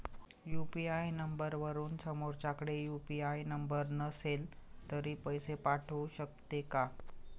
UPI नंबरवरून समोरच्याकडे UPI number नसेल तरी पैसे पाठवू शकते का?